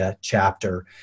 chapter